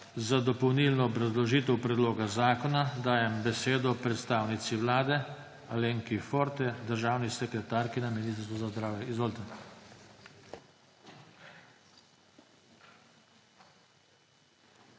Za dopolnilno obrazložitev predloga zakona dajem besedo predstavnici vlade Alenki Forte, državni sekretarki na Ministrstvu za zdravje. Izvolite.